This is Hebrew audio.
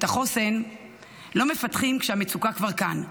את החוסן לא מפתחים כשהמצוקה כבר כאן,